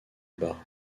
bas